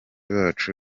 bacu